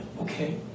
okay